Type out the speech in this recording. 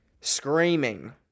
screaming